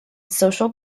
social